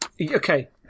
Okay